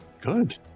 good